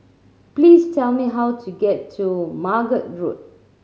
please tell me how to get to Margate Road